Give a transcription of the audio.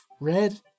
red